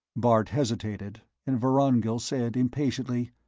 bart hesitated, and vorongil said impatiently,